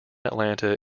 atlanta